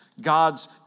God's